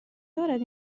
دارد